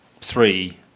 three